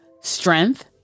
Strength